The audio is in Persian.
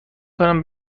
کنم